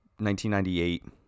1998